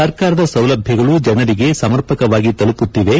ಸರ್ಕಾರದ ಸೌಲಭ್ಞಗಳು ಜನರಿಗೆ ಸಮರ್ಪಕವಾಗಿ ತಲುಪುತ್ತಿವೆ